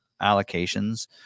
allocations